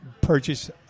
purchase